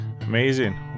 amazing